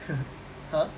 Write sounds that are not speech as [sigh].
[laughs] !huh!